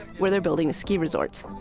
where they are building a ski resorts,